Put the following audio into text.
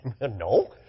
No